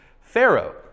Pharaoh